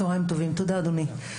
צוהריים טובים, תודה אדוני.